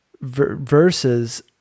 versus